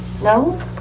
No